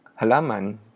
halaman